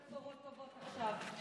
בשורות טובות עכשיו.